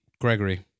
Gregory